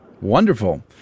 Wonderful